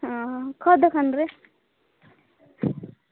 ହଁ କୋଉ ଦୋକାନରେ